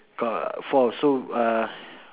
got four so uh